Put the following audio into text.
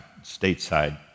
stateside